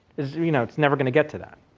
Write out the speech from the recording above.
it's you know it's never going to get to that.